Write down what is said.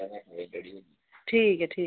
ठीक ऐ ठीक